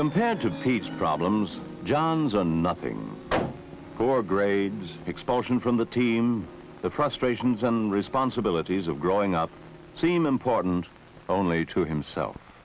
compared to pete's problems johns and nothing for grades expulsion from the team the frustrations and responsibilities of growing up seem important only to himself